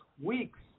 Weeks